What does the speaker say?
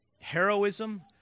heroism